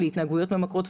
להתנהגויות ממכרות,